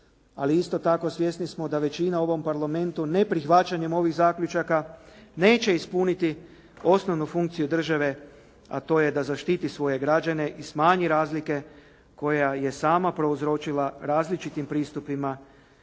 ali isto tako svjesni smo da većina u ovom Parlamentu neprihvaćanjem ovih zaključaka neće ispuniti osnovnu funkciju države, a to je da zaštiti svoje građane i smanji razlike koje je sama prouzročila različitim pristupima